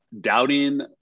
doubting